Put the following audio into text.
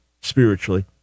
spiritually